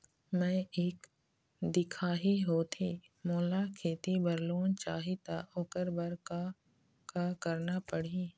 मैं एक दिखाही होथे मोला खेती बर लोन चाही त ओकर बर का का करना पड़ही?